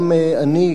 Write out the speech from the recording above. גם אני,